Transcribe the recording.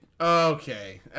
okay